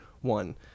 one